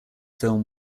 film